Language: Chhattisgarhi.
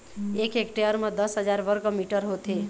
एक हेक्टेयर म दस हजार वर्ग मीटर होथे